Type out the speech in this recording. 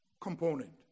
component